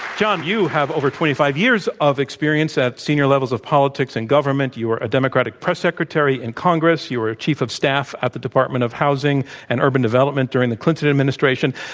you have over twenty five years of experience at senior levels of politics and government. you're a democratic press secretary in congress. you're a chief of staff at the department of housing and urban development during the clinton administration.